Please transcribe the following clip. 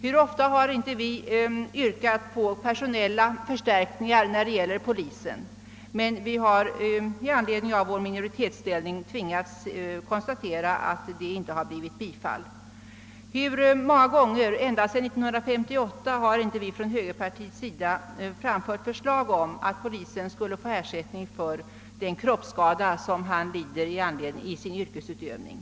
Hur ofta har vi inte yrkat på personella förstärkningar av polisen? Men på grund av vår minoritetsställning har vi tvingats konstatera, att dessa förslag inte vunnit riksdagens bifall. Hur många gånger ända sedan 1958 har vi inte framfört förslag att poliserna skulle få ersättning för de kroppsskador som de ådrar sig i sin yrkesutövning?